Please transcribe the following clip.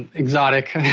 exotic.